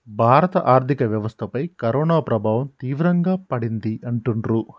భారత ఆర్థిక వ్యవస్థపై కరోనా ప్రభావం తీవ్రంగా పడింది అంటుండ్రు